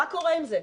מה קורה עם זה?